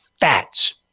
fats